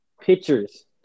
Pictures